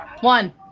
One